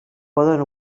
poden